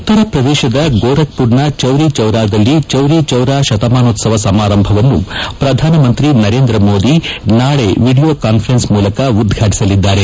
ಉತ್ತರಪ್ರದೇಶದ ಗೋರಖ್ ಪುರ್ನ ಚೌರಿ ಚೌರಾದಲ್ಲಿ ಚೌರಿ ಚೌರ ಶತಮಾನೋತ್ಸವ ಸಮಾರಂಭವನ್ನು ಪ್ರಧಾನಮಂತ್ರಿ ನರೇಂದ್ರ ಮೋದಿ ನಾಳಿ ವಿಡಿಯೋ ಕಾನ್ವರೆನ್ಸ್ ಮೂಲಕ ಉದ್ಘಾಟಿಸಲಿದ್ದಾರೆ